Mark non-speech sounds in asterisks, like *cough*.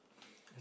*breath*